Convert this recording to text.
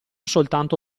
soltanto